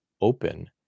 open